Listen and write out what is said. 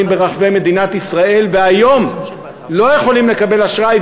ברחבי מדינת ישראל והיום הם לא יכולים לקבל אשראי,